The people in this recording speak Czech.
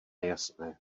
jasné